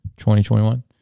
2021